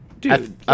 Dude